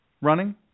running